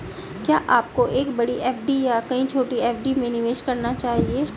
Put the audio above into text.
क्या आपको एक बड़ी एफ.डी या कई छोटी एफ.डी में निवेश करना चाहिए?